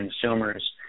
consumer's